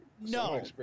no